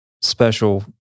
special